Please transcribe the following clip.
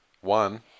one